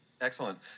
Excellent